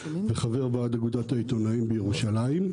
וחבר ועד אגודת העיתונאים בירושלים.